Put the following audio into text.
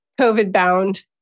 COVID-bound